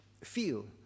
feel